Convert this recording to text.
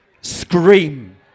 scream